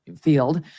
field